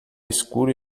escuro